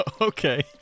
Okay